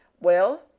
well,